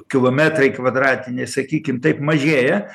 kilometrai kvadratiniai sakykim taip mažėja